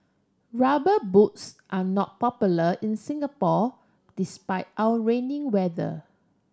rubber boots are not popular in Singapore despite our rainy weather